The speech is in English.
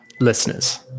listeners